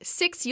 six